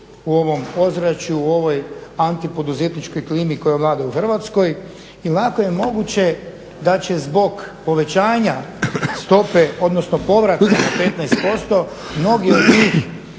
u ovom ozračju u ovoj antipoduzetničkoj klimi koja vlada u Hrvatskoj i lako je moguće da će zbog povećanja stope odnosno povrata … /Govornik